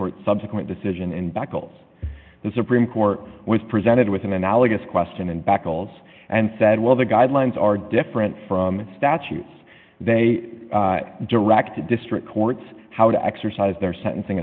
court subsequent decision in back calls the supreme court was presented with an analogous question and back alls and said well the guidelines are different from statutes they directed district courts how to exercise their sentencing